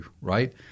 right